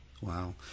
wow